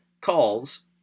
calls